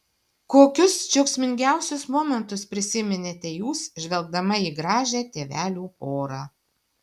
kokius džiaugsmingiausius momentus prisiminėte jūs žvelgdama į gražią tėvelių porą